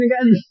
again